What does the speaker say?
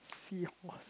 sea wasp